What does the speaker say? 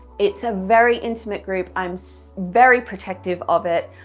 it's a very intimate group i'm so very protective of it,